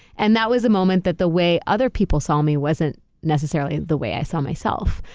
and that was a moment that the way other people saw me wasn't necessarily the way i saw myself,